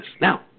Now